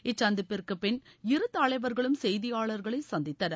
இச்சந்திப்பிற்கு பின் இரு தலைவர்களும் செய்தியாளர்களை சந்தித்தனர்